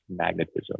Magnetism